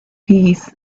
peace